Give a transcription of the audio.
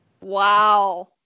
Wow